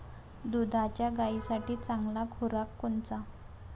दुधाच्या गायीसाठी चांगला खुराक कोनचा?